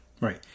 Right